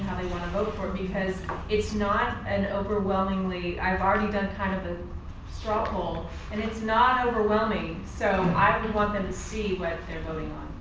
they want to vote for it because it's not an overwhelmingly i've already done kind of a straw poll and it's not overwhelming so i would want them to see what they're voting